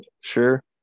sure